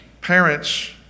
parents